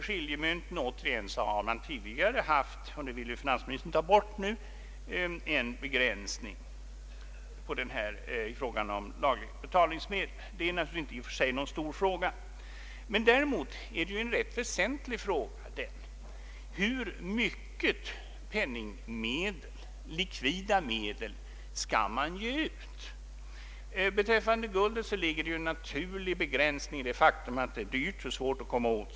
Skiljemynten har tidigare haft en begränsning som lagligt betalningsmedel, och denna begränsning vill finansministern nu ta bort. Det är naturligtvis i och för sig inte någon stor fråga. Däremot är det en rätt väsentlig fråga hur mycket likvida medel man skall ge ut. Guldet har en naturlig begränsning i det faktum att det är dyrt och svårt att komma åt.